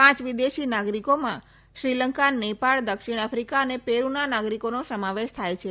પાંચ વિદેશી નાગરિકોમાં શ્રીલંકા નેપાળ દક્ષિણ આફ્રિકા અને પેડુના નાગરિકોનો સમાવેશ થાય છે